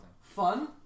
Fun